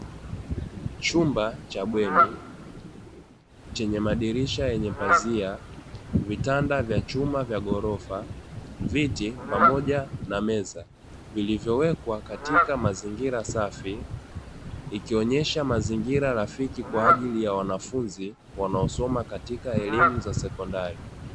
Chumba cha bweni chenye madirisha yenye pazia, Vitanda vya chuma vya ghorofa, Viti pamoja na meza vilivo wekwa katika mazingira safi, Ikionesha mazingira rafiki kwaajili ya wanafunzi wanao soma katika elimu za sekondari.